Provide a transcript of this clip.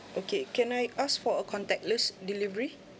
okay can I ask for a contactless delivery